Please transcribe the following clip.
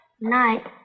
night